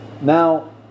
Now